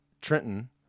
Trenton